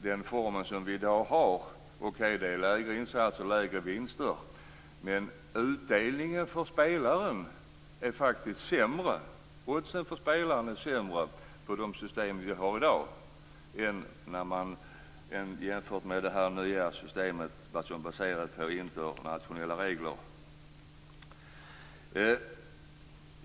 Den form som vi i dag har innebär lägre insatser och lägre vinster, men utdelningen för spelaren är faktiskt sämre. Oddsen för spelaren är sämre i de system vi har i dag än i det nya system som baseras på internationella regler.